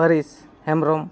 Paris Hembrom